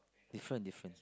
different different